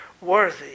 worthy